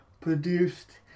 produced